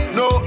no